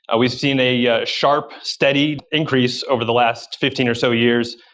ah we've seen a yeah sharp, steady increase over the last fifteen or so years.